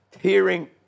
hearing